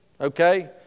okay